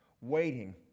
waiting